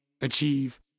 achieve